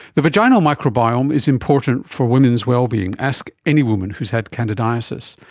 the vaginal microbiome is important for women's well-being. ask any woman who has had candidiasis.